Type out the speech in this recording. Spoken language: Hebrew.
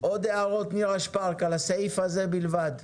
עוד הערות על הסעיף הזה בלבד?